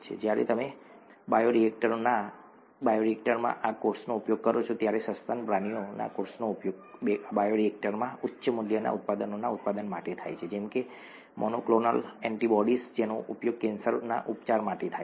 જ્યારે તમે બાયોરિએક્ટરમાં આ કોષોનો ઉપયોગ કરો છો ત્યારે સસ્તન પ્રાણીઓના કોષોનો ઉપયોગ બાયોરિએક્ટરમાં ઉચ્ચ મૂલ્યના ઉત્પાદનોના ઉત્પાદન માટે થાય છે જેમ કે મોનોક્લોનલ એન્ટિબોડીઝ જેનો ઉપયોગ કેન્સર ઉપચાર માટે થાય છે